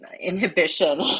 inhibition